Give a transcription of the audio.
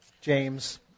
James